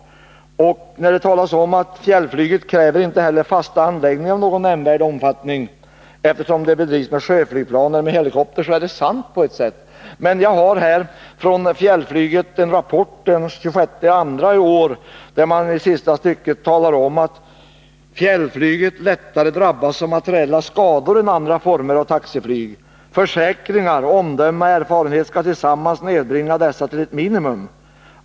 När det sägs att fjällflyget inte kräver fasta anläggningar i någon nämnvärd omfattning, eftersom det bedrivs med sjöflygplan eller med helikopter är det sant på ett sätt. Men jag har här en rapport från fjällflyget av den 26 februari i år, där man i sista stycket säger: ”I detta sammanhang måste påpekas att fjällflyg lättare drabbas av materiella skador än andra former av taxiflyg. Försäkringar, omdöme och erfarenhet skall tillsammans nedbringa dessa till ett minimum.